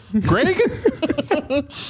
Greg